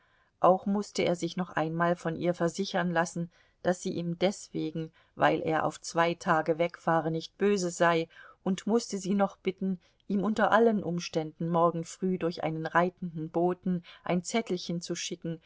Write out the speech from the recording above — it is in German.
auch mußte er sich noch einmal von ihr versichern lassen daß sie ihm deswegen weil er auf zwei tage wegfahre nicht böse sei und mußte sie noch bitten ihm unter allen umständen morgen früh durch einen reitenden boten ein zettelchen zu schicken